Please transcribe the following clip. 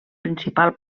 principal